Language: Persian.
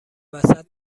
وسط